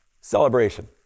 celebration